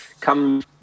come